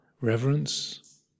reverence